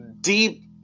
deep